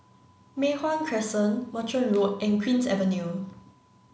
Mei Hwan Crescent Merchant Road and Queen's Avenue